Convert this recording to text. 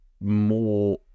more